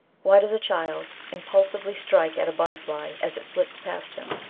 why does a child impulsively strike at a butterfly as it flits past him?